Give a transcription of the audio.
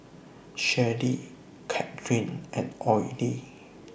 Sherrie Cathryn and Oley